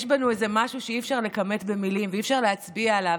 יש בנו משהו שאי-אפשר לכמת במילים ואי-אפשר להצביע עליו,